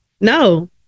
No